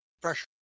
pressure